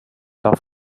tough